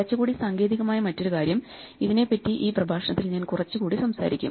കുറച്ചുകൂടി സാങ്കേതികമായ മറ്റൊരു കാര്യം ഇതിനെപറ്റി ഈ പ്രഭാഷണത്തിൽ ഞാൻ കുറച്ചുകൂടി സംസാരിക്കും